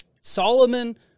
Solomon